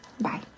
Bye